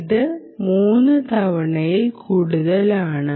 ഇത് മൂന്ന് തവണയിൽ കൂടുതലാണ്